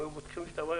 בודקים את הבגאז',